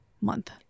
month